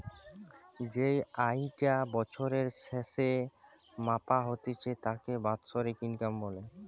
যেই আয়ি টা বছরের স্যাসে মাপা হতিছে তাকে বাৎসরিক ইনকাম বলে